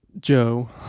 Joe